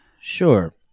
Sure